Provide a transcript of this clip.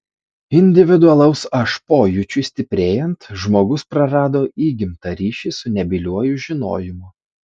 individualaus aš pojūčiui stiprėjant žmogus prarado įgimtą ryšį su nebyliuoju žinojimu